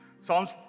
Psalms